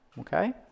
okay